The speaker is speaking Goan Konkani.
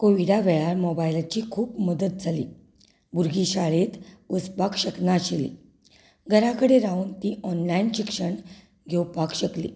कोविडा वेळार मोबायलाची खूब मदत जाली भुरगीं शाळेंत वचपाक शकनाशिल्लीं घरा कडेन रावन तीं ऑनलायन शिक्षण घेवपाक शकलीं